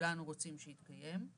שכולנו רוצים שיתקיים.